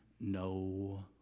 no